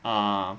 ah